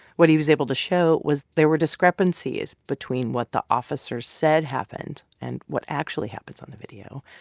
what he was able to show was there were discrepancies between what the officers said happened and what actually happens on the video.